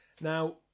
Now